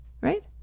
right